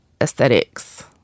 aesthetics